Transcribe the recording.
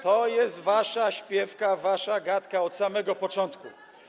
To jest wasza śpiewka, wasza gadka od samego początku.